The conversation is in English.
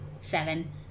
Seven